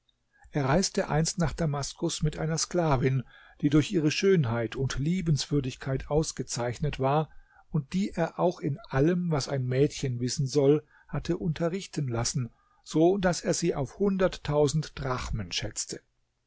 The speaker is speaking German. er reiste einst nach damaskus mit einer sklavin die durch ihre schönheit und liebenswürdigkeit ausgezeichnet war und die er auch in allem was ein mädchen wissen soll hatte unterrichten lassen so daß er sie auf hunderttausend drachmen schätzte